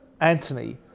anthony